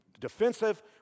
Defensive